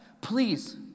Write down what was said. Please